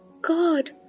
God